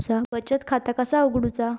बचत खाता कसा उघडूचा?